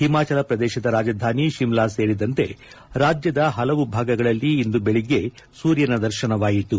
ಹಿಮಾಚಲಪ್ರದೇಶದ ರಾಜಧಾನಿ ಶಿಮ್ನಾ ಸೇರಿದಂತೆ ರಾಜ್ಯದ ಹಲವು ಭಾಗಗಳಲ್ಲಿ ಇಂದು ಬೆಳಗ್ಗೆ ಸೂರ್ಯನ ದರ್ಶನವಾಯಿತು